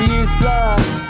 useless